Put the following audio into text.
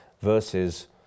versus